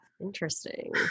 Interesting